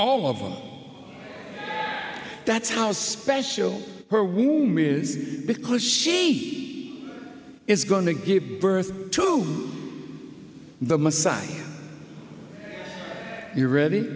all of them that's how special her womb is because she is going to give birth to the messiah you're ready